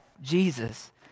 Jesus